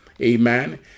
Amen